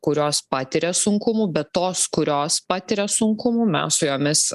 kurios patiria sunkumų bet tos kurios patiria sunkumų mes su jomis